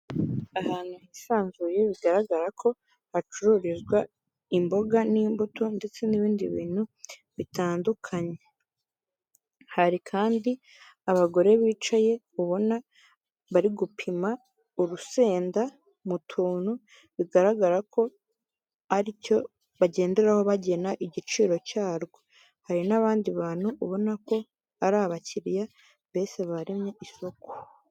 Ahantu hisanzuye bigaragara ko hacururizwa imboga n'imbuto ndetse n'ibindi bintu bitandukanye, hari kandi abagore bicaye ubona bari gupima urusenda mu tuntu bigaragara ko ari cyo bagenderaho bagena igiciro cyarwo, hari n'abandi bantu ubona ko ari abakiliya, mbese baremye isoko.